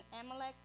Amalek